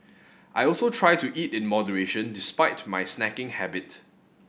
I also try to eat in moderation despite my snacking habit